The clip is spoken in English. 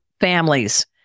families